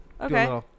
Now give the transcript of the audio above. Okay